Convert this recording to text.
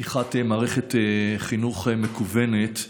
לפתיחת מערכת חינוך מקוונת,